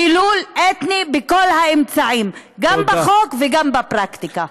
דילול אתני בכל האמצעים, גם בחוק וגם בפרקטיקה.